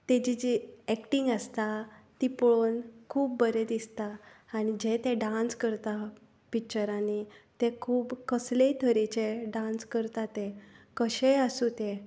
तेजें जी एक्टींग आसता ती पळोवन खूब बरें दिसता आनी जे तें डांस करता पिच्चरांनी ते खूब कसलेय तरेचे डांस करता तें कशेय आसूं ते